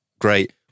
great